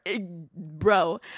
bro